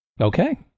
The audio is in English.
Okay